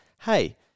hey